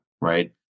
right